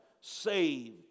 saved